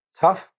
tough